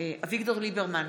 אביגדור ליברמן,